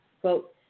Quote